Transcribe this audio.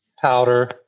Powder